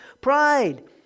pride